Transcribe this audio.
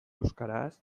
euskaraz